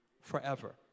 forever